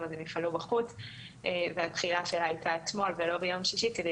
אז הם יפעלו בחוץ והתחילה שלה הייתה אתמול ולא ביום שישי כדי